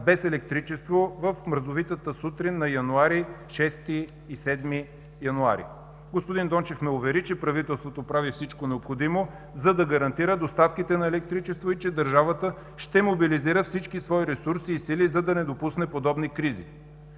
без електричество в мразовитата сутрин на шести и седми януари? Господин Дончев ме увери, че правителството прави всичко необходимо, за да гарантира доставките на електричество и че държавата ще мобилизира всички свои ресурси и сили, за да не допусне подобни кризи.